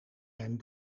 mijn